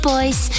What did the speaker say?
Boys